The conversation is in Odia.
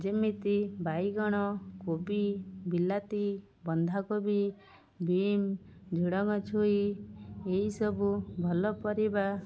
ଯେମିତି ବାଇଗଣ କୋବି ବିଲାତି ବନ୍ଧାକୋବି ବିମ ଝୁଡ଼ଙ୍ଗ ଛୁଇଁ ଏହିସବୁ ଭଲପରିବା